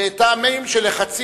מטעמים של לחצים,